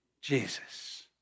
Jesus